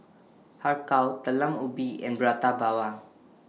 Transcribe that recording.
Har Kow Talam Ubi and Prata Bawang